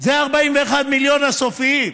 זה 41 המיליון הסופיים.